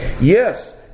Yes